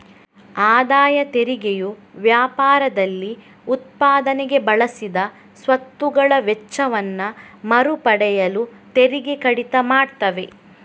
ಆದಾಯ ತೆರಿಗೆಯು ವ್ಯಾಪಾರದಲ್ಲಿ ಉತ್ಪಾದನೆಗೆ ಬಳಸಿದ ಸ್ವತ್ತುಗಳ ವೆಚ್ಚವನ್ನ ಮರು ಪಡೆಯಲು ತೆರಿಗೆ ಕಡಿತ ಮಾಡ್ತವೆ